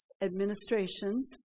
administrations